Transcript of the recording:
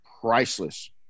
priceless